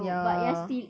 ya